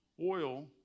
oil